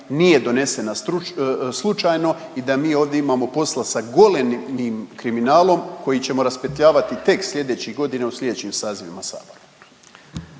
nije donesena slučajno i da mi ovdje imamo posla sa golemim kriminalom koji ćemo raspetljavati tek sljedećih godina u sljedećim sazivima Sabora.